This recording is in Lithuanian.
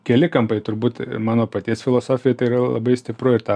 keli kampai turbūt mano paties filosofijoj tai yra labai stipru ir tą